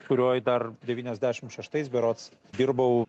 kurioj dar devyniasdešim šeštais berods dirbau